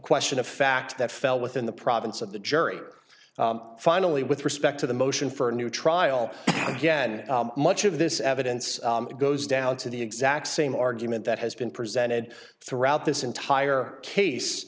question of fact that fell within the province of the jury finally with respect to the motion for a new trial again much of this evidence goes down to the exact same argument that has been presented throughout this entire case